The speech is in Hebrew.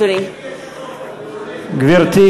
גברתי,